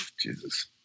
Jesus